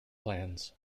plans